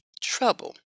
trouble